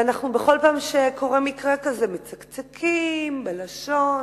ואנחנו בכל פעם שקורה מקרה כזה מצקצקים בלשון